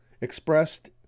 expressed